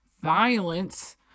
violence